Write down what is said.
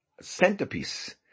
centerpiece